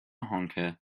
honker